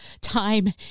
time